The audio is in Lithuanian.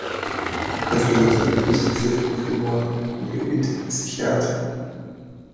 kas turi atsakyti už psichikos ligonį nejaugi tik psichiatrai